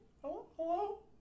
hello